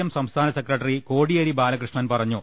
M സംസ്ഥാന secretary Kodiyeri Balakrishnan പറ ഞ്ഞു